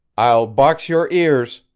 i'll box your ears,